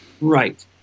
Right